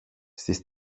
στις